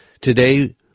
Today